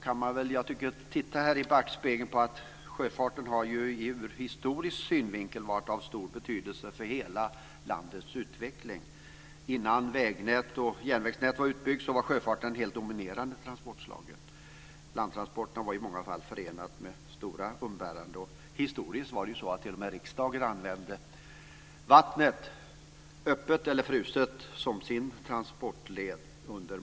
Ser vi i backspegeln finner vi att sjöfarten historiskt har varit av stor betydelse för hela landets utveckling. Innan vägnät och järnvägsnät var utbyggt var sjöfarten det helt dominerande transportslaget. Landtransporterna var i många fall förenade med stora umbäranden. Det var t.o.m. så att riksdagen under många år använde vattnet, öppet eller fruset, som sitt transportmedium.